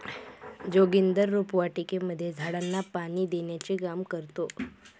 जोगिंदर रोपवाटिकेमध्ये झाडांना पाणी देण्याचे काम करतो